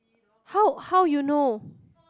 how how you know